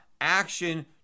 action